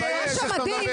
תתבייש לך איך שאתה מדבר.